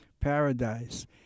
paradise